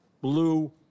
blue